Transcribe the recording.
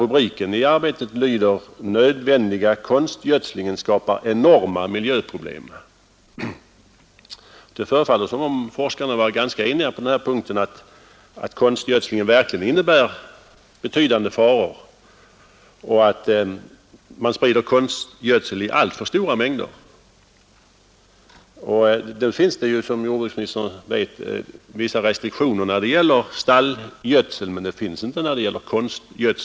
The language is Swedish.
Rubriken i Arbetet har följande lydelse: ”Nödvändiga konstgödslingen skapar enorma miljöproblem.” Det förefaller som om forskarna vore ganska eniga om att konstgödningen verkligen innebär betydande faror och att konstgödning sprids i alltför stora mängder. Det finns också, som jordbruksministern vet, vissa restriktioner när det gäller stallgödsel men inte när det gäller konstgödsel.